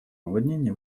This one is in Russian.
наводнения